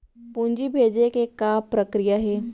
पूंजी भेजे के का प्रक्रिया हे?